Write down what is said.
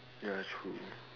ya true